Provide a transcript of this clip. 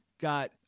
got